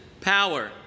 power